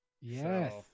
Yes